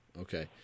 okay